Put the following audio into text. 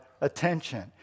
attention